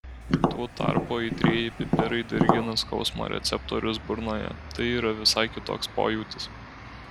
tuo tarpu aitrieji pipirai dirgina skausmo receptorius burnoje tai yra visai kitoks pojūtis